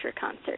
concert